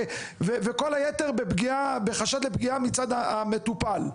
וכל היתר בחשד לפגיעה מצד המטופל,